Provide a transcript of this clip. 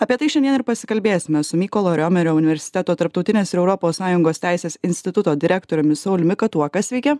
apie tai šiandien ir pasikalbėsime su mykolo riomerio universiteto tarptautinės ir europos sąjungos teisės instituto direktoriumi sauliumi katuoka sveiki